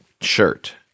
shirt